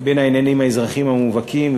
בין העניינים האזרחיים המובהקים,